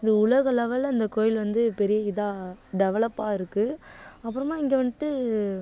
இது உலக லெவலில் இந்த கோவில் வந்து பெரிய இதாக டெவலபாக இருக்குது அப்புறமா இங்கே வந்துட்டு